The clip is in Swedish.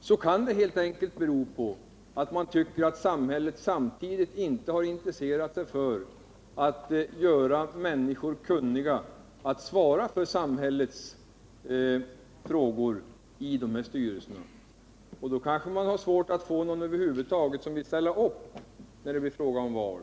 Tveksamheten kan helt enkelt bero på att man tycker att samhället inte har intresserat sig för att ge människor tillräckliga kunskaper att tillvarata samhällets intressen i bankstyrelserna. Det är kanske svårt att få någon över huvud taget att ställa upp när det blir fråga om val,